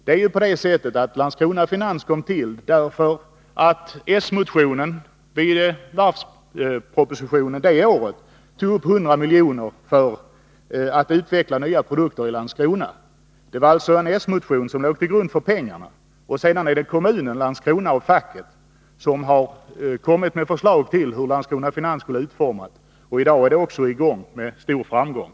Det är ju på det sättet att Landskrona Finans kom till därför att en socialdemokratisk motion i anslutning till varvspropositionen det året yrkade på 100 milj.kr. för att utveckla nya produkter i Landskrona. Det var alltså en socialdemokratisk motion som låg till grund för pengarna, och sedan är det kommunen Landskrona och facket som har kommit med förslag till hur Landskrona Finans skulle utformas. I dag är det också i gång med stor framgång.